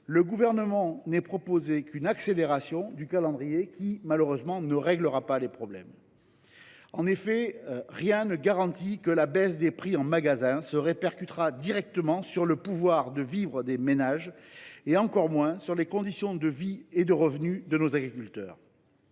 le Gouvernement n’ait proposé qu’une accélération de calendrier qui ne réglera rien. En effet, rien ne garantit que la baisse des prix en magasin se répercutera directement sur le pouvoir de vivre des ménages et encore moins sur les conditions de vie et de revenus de nos agriculteurs.